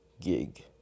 gig